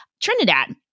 Trinidad